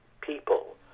people